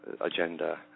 agenda